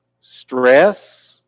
stress